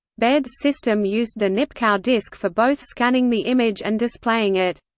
baird's system used the nipkow disk for both scanning the image and displaying it.